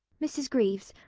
mrs. greaves,